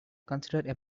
consider